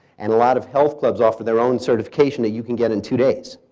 and a lot of health clubs offer their own certification that you can get in two days.